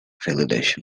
validation